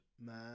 man